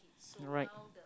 right